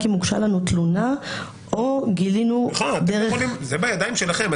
אם הוגשה לנו תלונה או גילינו דרך --- זה בידיים שלכם.